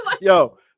Yo